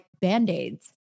band-aids